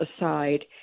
aside